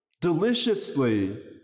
deliciously